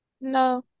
No